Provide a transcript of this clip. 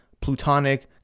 plutonic